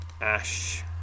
Ash